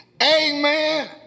Amen